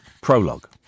Prologue